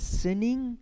sinning